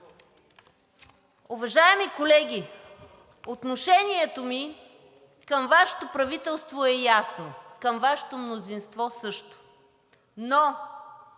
Уважаеми колеги, отношението ми към Вашето правителство е ясно, към Вашето мнозинство също, но